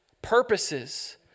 purposes